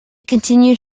continued